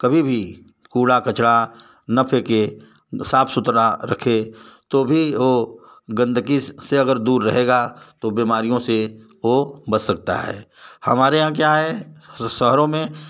कभी भी कूड़ा कचरा न फेकें साफ़ सुथरा रखें तो भी ओ गंदगी से अगर दूर रहेगा तो बीमारियों से ओ बच सकता है हमारे यहाँ क्या है शहरों में